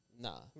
nah